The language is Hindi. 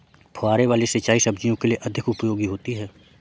फुहारे वाली सिंचाई सब्जियों के लिए अधिक उपयोगी होती है?